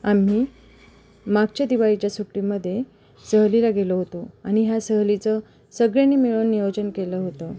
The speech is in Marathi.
आम्ही मागच्या दिवाळीच्या सुट्टीमध्ये सहलीला गेलो होतो आणि ह्या सहलीचं सगळ्यांनी मिळून नियोजन केलं होतं